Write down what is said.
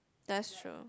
that's true